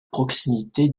proximité